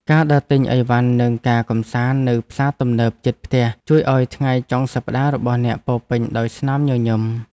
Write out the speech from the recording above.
ការដើរទិញអីវ៉ាន់និងការកម្សាន្តនៅផ្សារទំនើបជិតផ្ទះជួយឱ្យថ្ងៃចុងសប្តាហ៍របស់អ្នកពោរពេញដោយស្នាមញញឹម។